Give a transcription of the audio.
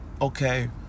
okay